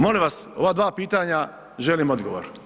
Molim vas ova na dva pitanja želim odgovor.